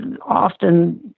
often